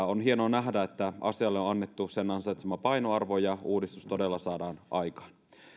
on hienoa nähdä että asialle on annettu sen ansaitsema painoarvo ja uudistus todella saadaan aikaan